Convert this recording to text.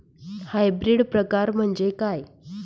Hybrid प्रकार म्हणजे काय?